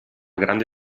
grande